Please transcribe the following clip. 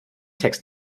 text